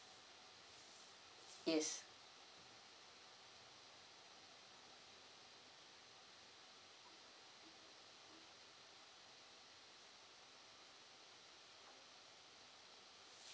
yes